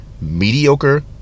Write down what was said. mediocre